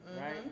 Right